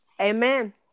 Amen